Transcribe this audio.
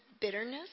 bitterness